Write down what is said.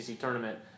tournament